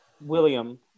William